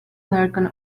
american